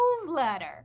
newsletter